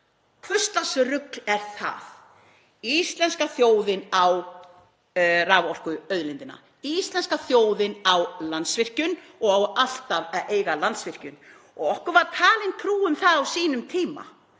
hvurslags rugl er það? Íslenska þjóðin á raforkuauðlindina. Íslenska þjóðin á Landsvirkjun og á alltaf að eiga Landsvirkjun. Okkur var talin trú um það á sínum tíma